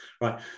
right